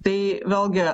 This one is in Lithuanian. tai vėlgi